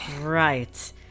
Right